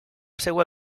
seva